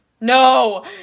No